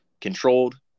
controlled